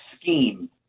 scheme